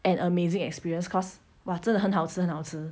an amazing experience cause !wah! 真的很好吃很好吃 chi